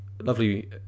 lovely